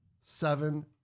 seven